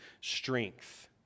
strength